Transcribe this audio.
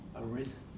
arisen